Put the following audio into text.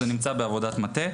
זה נמצא בעבודה מטה.